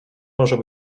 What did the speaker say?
może